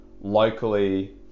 Locally